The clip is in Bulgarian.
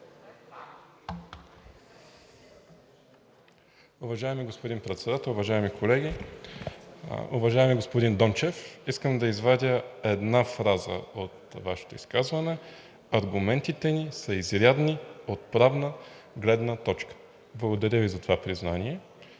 Уважаеми господин Председател, уважаеми колеги! Уважаеми господин Дончев, искам да извадя една фраза от Вашето изказване – аргументите ни са изрядни от правна гледна точка. Благодаря Ви за това признание,